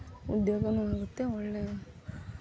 ಉದ್ಯೋಗವೂ ಆಗುತ್ತೆ ಒಳ್ಳೆ